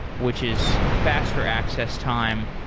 which is faster access time,